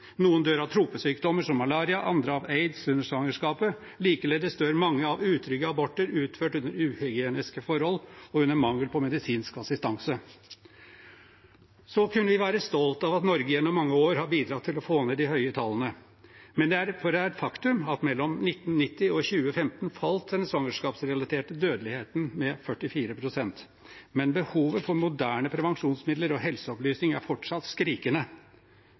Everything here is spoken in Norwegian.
Noen dør av tropesykdommer som malaria – andre av aids under svangerskapet. Likeledes dør mange av utrygge aborter utført under uhygieniske forhold og av mangel på medisinsk assistanse. Så kan vi være stolt av at Norge gjennom mange år har bidratt til å få ned de høye tallene, for det er et faktum at mellom 1990 og 2015 falt den svangerskapsrelaterte dødeligheten med 44 pst., men behovet for moderne prevensjonsmidler og helseopplysning er fortsatt skrikende.